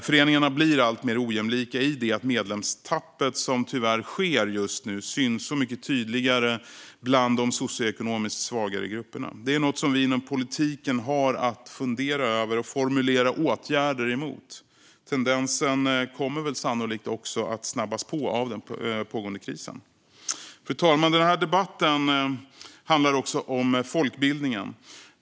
Föreningarna blir alltmer ojämlika i det att medlemstappet, som tyvärr sker just nu, syns så mycket tydligare bland de socioekonomiskt svagare grupperna. Det är något som vi inom politiken har att fundera över och formulera åtgärder emot. Tendensen kommer sannolikt också att snabbas på av den pågående krisen. Fru talman! Den här debatten handlar också om folkbildningen.